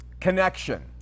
connection